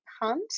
Hunt